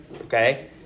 okay